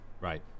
Right